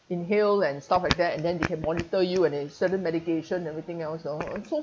inhale and stuff like that and then they can monitor you and certain medication everything else you know so